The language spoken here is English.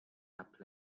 rap